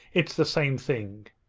it's the same thing!